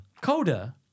Coda